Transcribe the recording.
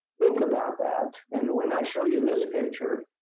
think about that. and when i show you this picture,